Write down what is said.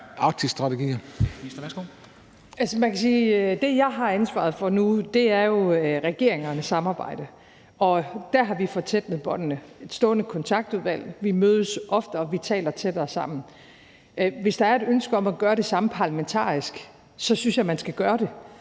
det, jeg har ansvaret for nu, jo er regeringernes samarbejde, og der har vi gjort båndene tættere. Der er et stående kontaktudvalg, vi mødes oftere, og vi taler tættere sammen. Hvis der er et ønske om at gøre det samme parlamentarisk, synes jeg, man skal gøre det.